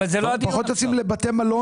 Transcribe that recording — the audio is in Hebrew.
פחות יוצאים לבתי מלון.